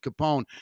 Capone